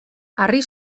harri